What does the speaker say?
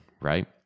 right